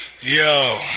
Yo